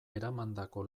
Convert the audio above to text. eramandako